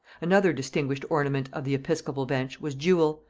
another distinguished ornament of the episcopal bench was jewel,